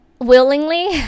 willingly